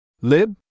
Lib